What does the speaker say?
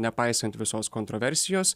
nepaisant visos kontroversijos